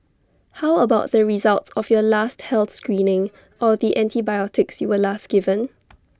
how about the results of your last health screening or the antibiotics you were last given